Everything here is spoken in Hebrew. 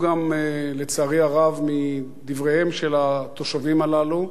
לצערי הרב, התעלמו גם מדבריהם של התושבים הללו,